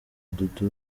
dudu